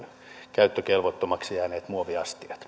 käyttökelvottomaksi jääneet muoviastiat